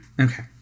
okay